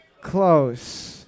close